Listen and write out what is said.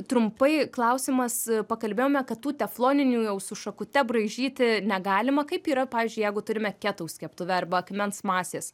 trumpai klausimas pakalbėjome kad tų tefloninių jau su šakute braižyti negalima kaip yra pavyzdžiui jeigu turime ketaus keptuvę arba akmens masės